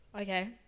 Okay